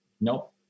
Nope